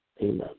amen